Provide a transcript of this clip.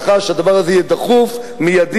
זבולון אורלב.